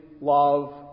love